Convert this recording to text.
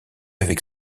avec